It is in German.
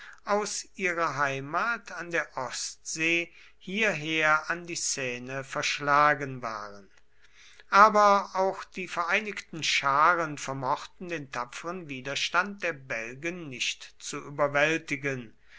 aus ihrer heimat an der ostsee hierher an die seine verschlagen waren aber auch die vereinigten scharen vermochten den tapferen widerstand der belgen nicht zu überwältigen